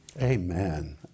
Amen